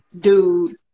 dude